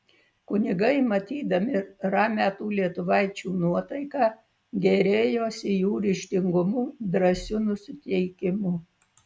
kunigai matydami ramią tų lietuvaičių nuotaiką gėrėjosi jų ryžtingumu drąsiu nusiteikimu